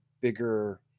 bigger